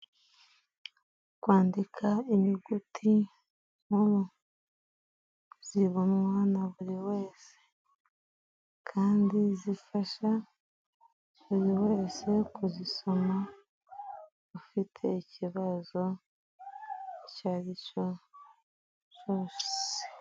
Kwandika inyuguti nkuru zibonwa na buri wese, kandi zifasha buri wese kuzisoma ufite ikibazo icya ari cyo cyose.